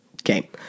Okay